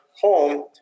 home